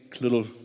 little